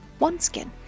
OneSkin